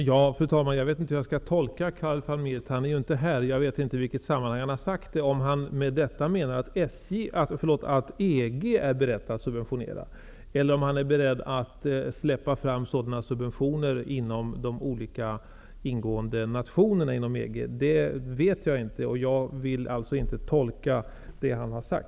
Fru talman! Jag vet inte hur jag skall tolka Karel van Miert. Han är ju inte här, och jag vet inte i vilket sammanhang han har gjort nämnda uttalande. Jag vet alltså inte om han med det han har sagt menar att man i EG är beredd att subventionera eller om han är beredd att släppa fram sådana här subventioner inom de olika i EG ingående nationerna. Eftersom jag inte vet vad han har sagt, vill jag inte göra någon tolkning.